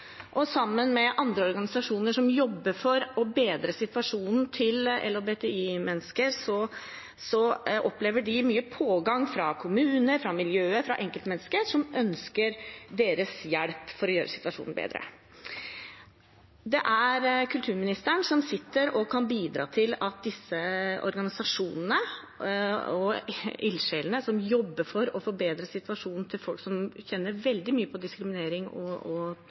og sammen med andre organisasjoner som jobber for å bedre situasjonen til LHBTI-mennesker, opplever de mye pågang fra kommuner, fra miljøet og fra enkeltmennesker som ønsker deres hjelp for å gjøre situasjonen bedre. Det er kulturministeren som kan bidra når det gjelder disse organisasjonene og ildsjelene som jobber for å forbedre situasjonen til folk og unge som kjenner veldig mye på diskriminering og trykk. Jeg håper og